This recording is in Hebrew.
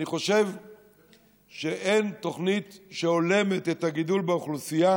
אני חושב שאין תוכנית שהולמת את הגידול באוכלוסייה,